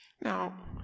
Now